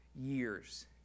years